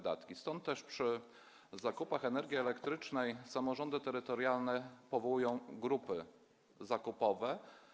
Dlatego też przy zakupach energii elektrycznej samorządy terytorialne powołują grupy zakupowe.